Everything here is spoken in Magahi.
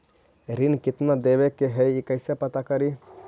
ऋण कितना देवे के है कैसे पता करी?